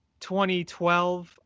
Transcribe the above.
2012